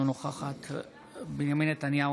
אינה נוכחת בנימין נתניהו,